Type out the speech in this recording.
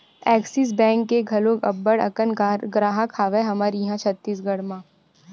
Axis bank के घलोक अब्बड़ अकन गराहक हवय हमर इहाँ छत्तीसगढ़ म